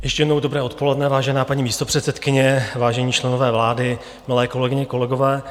Ještě jednou dobré odpoledne, vážená paní místopředsedkyně, vážení členové vlády, milé kolegyně, kolegové.